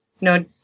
no